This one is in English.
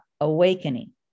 awakening